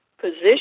position